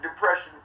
depression